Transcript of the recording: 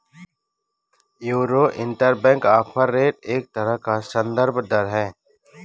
euro interbank offer rate एक तरह का सन्दर्भ दर है